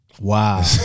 Wow